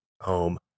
home